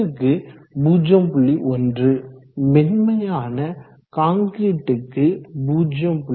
1 மென்மையான கான்கிரீட்க்கு 0